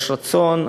יש רצון,